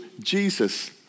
Jesus